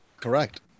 Correct